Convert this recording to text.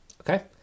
Okay